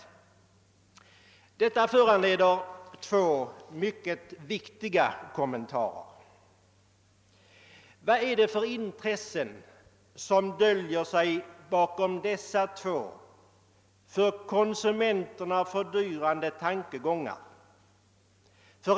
Detta ger anledning till några kommentarer. Vad är det för intressen som döljer sig bakom dessa två för konsumenterna fördyrande tankegångar?